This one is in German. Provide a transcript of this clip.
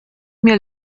mir